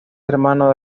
hermano